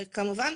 כמובן,